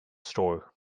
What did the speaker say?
store